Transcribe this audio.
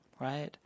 right